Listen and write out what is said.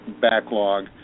backlog